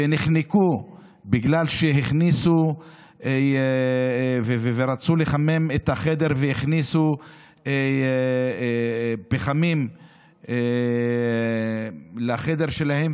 שנחנקו בגלל שרצו לחמם את החדר והכניסו פחמים לחדר שלהם,